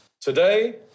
Today